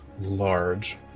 large